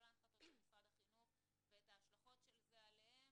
ההנחתות של משרד החינוך ואת ההשלכות של זה עליהם,